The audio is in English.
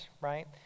right